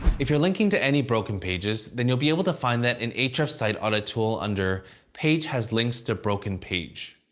if you're linking to any broken pages, then you'll be able to find that in ahrefs' site audit tool under page has links to broken page.